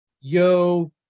Yo